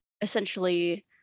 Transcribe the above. Essentially